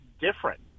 different